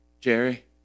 Jerry